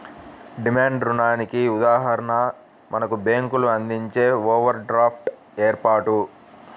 demand రుణానికి ఉదాహరణ మనకు బ్యేంకులు అందించే ఓవర్ డ్రాఫ్ట్ ఏర్పాటు